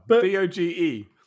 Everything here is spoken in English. D-O-G-E